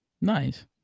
Nice